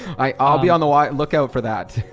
i all beyond the white look out for that.